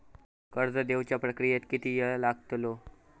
कर्ज देवच्या प्रक्रियेत किती येळ लागतलो?